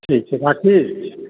ठीक छै राखि